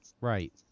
Right